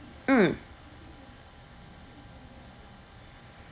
mm